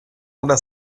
una